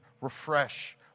refresh